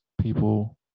people